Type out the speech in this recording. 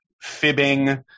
fibbing